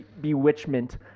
Bewitchment